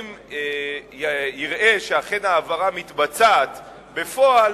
אם יראה שאכן ההעברה מתבצעת בפועל,